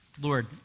Lord